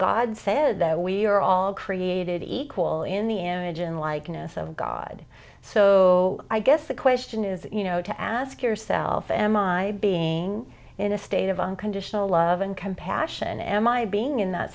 god says we are all created equal in the engine likeness of god so i guess the question is you know to ask yourself am i being in a state of unconditional love and compassion am i being in that